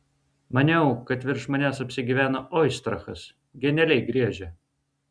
maniau kad virš manęs apsigyveno oistrachas genialiai griežia